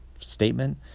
statement